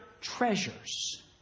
treasures